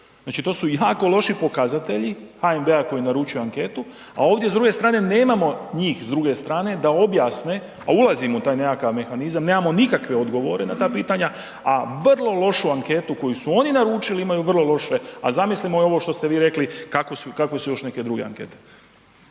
Znači to su jako loši pokazatelji HNB-a koji je naručio anketu, a ovdje nemamo njih s druge strane da objasne a ulazimo u taj nekakav mehanizam, nemamo nikakve odgovore na ta pitanja a vrlo lošu anketu koji su oni naručili, imaju vrlo loše a zamislimo ovo što ste vi rekli kako su još neke druge ankete.